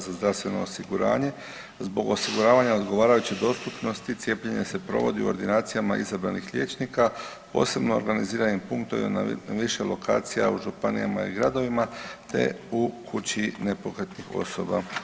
Zbog osiguravanja odgovarajuće dostupnosti cijepljenje se provodi u ordinacijama izabranih liječnika i posebno organiziranim punktovima na više lokacija u županijama i gradovima, te u kući nepokretnih osoba.